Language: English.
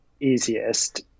easiest